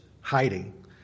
hiding